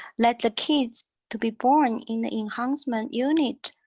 let the kids to be born in the enhancement unit,